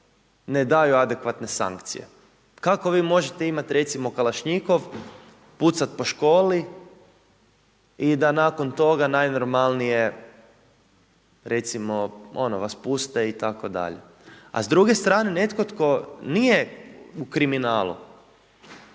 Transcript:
ne daju adekvatne sankcije. Kako vi možete imat recimo kalašnjikov, pucat po školi i da nakon toga najnormalnije recimo ono vas puste itd.? a s druge strane netko tko nije u kriminalu,